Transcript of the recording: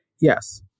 Yes